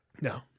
No